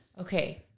Okay